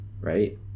right